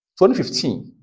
2015